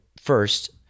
first